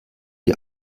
die